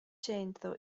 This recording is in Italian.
centro